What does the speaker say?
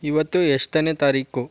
ಇವತ್ತು ಎಷ್ಟನೇ ತಾರೀಕು